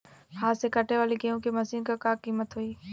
हाथ से कांटेवाली गेहूँ के मशीन क का कीमत होई?